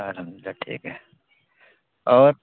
الحمد للہ ٹھیک ہیں اور